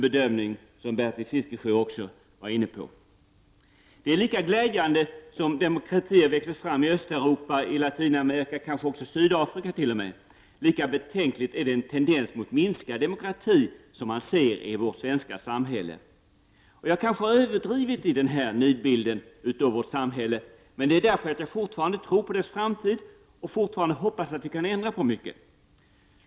Bertil Fiskesjö var också inne på den bedömningen. Lika glädjande som det är att demokratier växer fram i Östeuropa, Latinamerika och kanske t.o.m. i Sydafrika, lika betänklig är den tendens mot minskad demokrati som man ser i vårt svenska samhälle. Jag kanske har överdrivit i min nidbild av vårt samhälle, men det är för att jag fortfarande tror på dess framtid och fortfarande hoppas att vi kan ändra på mycket.